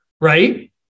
right